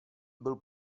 byl